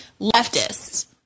leftists